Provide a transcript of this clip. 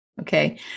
Okay